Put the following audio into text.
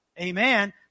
Amen